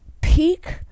peak